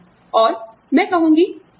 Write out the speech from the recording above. और मैं कहूंगी अच्छा